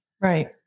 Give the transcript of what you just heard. Right